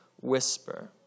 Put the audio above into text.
whisper